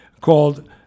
called